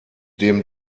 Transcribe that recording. dem